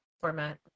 format